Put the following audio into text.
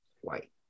White